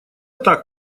так